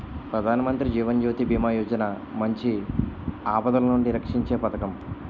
ప్రధానమంత్రి జీవన్ జ్యోతి బీమా యోజన మంచి ఆపదలనుండి రక్షీంచే పదకం